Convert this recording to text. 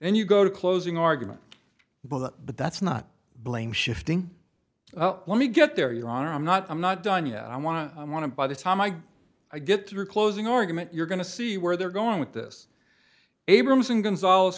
and you go to closing argument by the but that's not blame shifting let me get there your honor i'm not i'm not done yet i want to i want to by the time i get through closing argument you're going to see where they're going with this abrams and gonzales